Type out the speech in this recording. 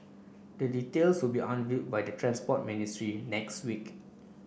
the details will be unveiled by the Transport Ministry next week